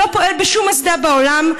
זה לא פועל בשום אסדה בעולם.